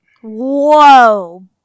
Whoa